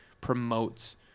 promotes